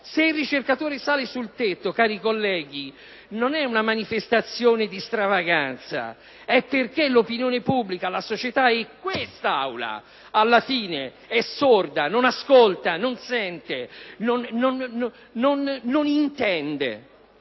Se il ricercatore sale sul tetto, cari colleghi, non euna manifestazione di stravaganza: e perche´ l’opinione pubblica, la societae quest’Aula alla fine sono sorde, non ascoltano, non sentono, non intendono.